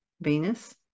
Venus